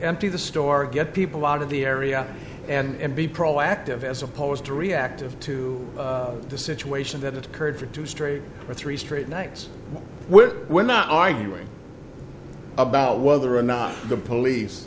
empty the store get people out of the area and be proactive as opposed to reactive to the situation that occurred for two straight or three straight nights where we're not arguing about whether or not the police